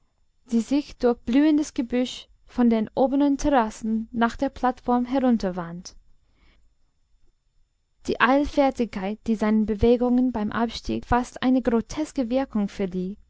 die sich durch blühendes gebüsch von den oberen terrassen nach der plattform herunterwand die eilfertigkeit die seinen bewegungen beim abstieg fast eine groteske wirkung verlieh